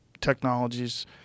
technologies